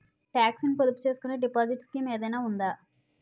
Talks ను పొదుపు చేసుకునే డిపాజిట్ స్కీం ఏదైనా ఉందా?